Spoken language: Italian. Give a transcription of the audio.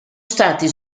stati